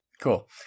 cool